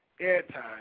airtime